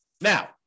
Now